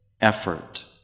effort